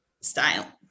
style